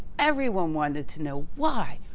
everyone wanted to know why,